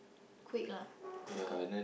quick lah quicker